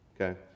okay